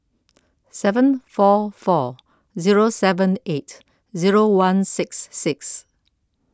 seven four four zero seven eight zero one six six